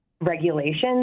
regulations